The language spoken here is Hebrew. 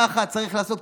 ככה צריך לעשות,